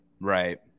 Right